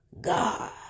God